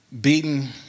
beaten